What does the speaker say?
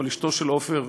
אבל אשתו של עופר,